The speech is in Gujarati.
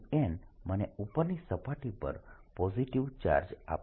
n મને ઉપરની સપાટી પર પોઝિટીવ ચાર્જ આપશે